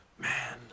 Man